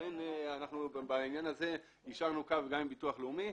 לכן אנחנו בעניין הזה יישרנו קו גם עם הביטוח הלאומי.